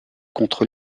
contre